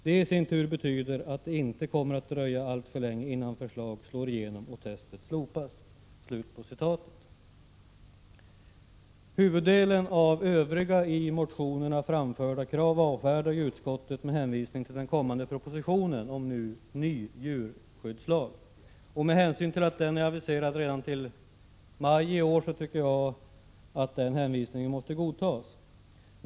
—- Det i sin tur betyder att det inte kommer att dröja alltför länge innan förslaget slår igenom och testet slopas.” Huvuddelen av övriga i motionerna framförda krav avfärdar utskottet med hänvisning till den kommande propositionen om ny djurskyddslag. Med hänsyn till att den är aviserad redan till maj i år tycker jag att denna hänvisning får godtas.